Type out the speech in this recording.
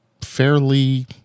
fairly